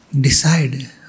decide